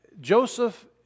Joseph